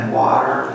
water